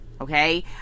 Okay